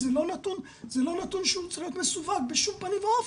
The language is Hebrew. זה לא נתון שצריך להיות מסווג בשום פנים ואופן.